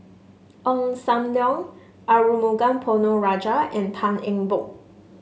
Ong Sam Leong Arumugam Ponnu Rajah and Tan Eng Bock